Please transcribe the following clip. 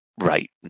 right